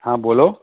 હા બોલો